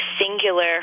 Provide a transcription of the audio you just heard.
singular